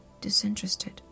disinterested